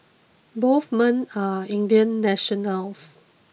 both men are Indian nationals